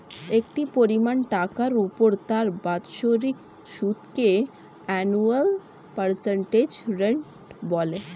একটি পরিমাণ টাকার উপর তার বাৎসরিক সুদকে অ্যানুয়াল পার্সেন্টেজ রেট বলে